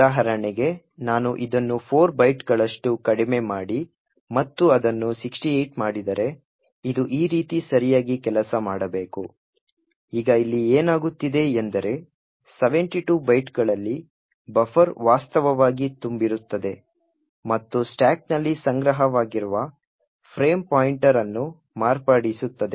ಉದಾಹರಣೆಗೆ ನಾನು ಇದನ್ನು 4 ಬೈಟ್ಗಳಷ್ಟು ಕಡಿಮೆ ಮಾಡಿ ಮತ್ತು ಅದನ್ನು 68 ಮಾಡಿದರೆ ಇದು ಈ ರೀತಿ ಸರಿಯಾಗಿ ಕೆಲಸ ಮಾಡಬೇಕು ಈಗ ಇಲ್ಲಿ ಏನಾಗುತ್ತಿದೆ ಎಂದರೆ 72 ಬೈಟ್ಗಳಲ್ಲಿ ಬಫರ್ ವಾಸ್ತವವಾಗಿ ತುಂಬಿರುತ್ತದೆ ಮತ್ತು ಸ್ಟಾಕ್ನಲ್ಲಿ ಸಂಗ್ರಹವಾಗಿರುವ ಫ್ರೇಮ್ ಪಾಯಿಂಟರ್ ಅನ್ನು ಮಾರ್ಪಡಿಸುತ್ತದೆ